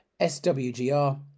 SWGR